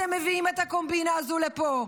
אתם מביאים את הקומבינה הזו לפה?